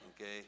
Okay